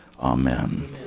Amen